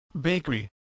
bakery